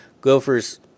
Gophers